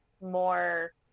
more